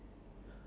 ya